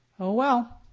oh well.